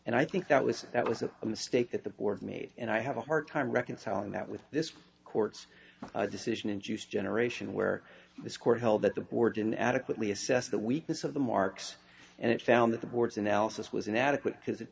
and i think that was that was a mistake that the board made and i have a hard time reconciling that with this court's decision in juice generation where this court held that the board didn't adequately assess the weakness of the marks and it found that the board's analysis was inadequate because it